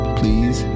please